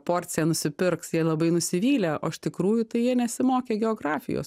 porciją nusipirks jie labai nusivylę o iš tikrųjų tai jie nesimokė geografijos